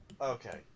Okay